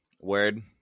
Word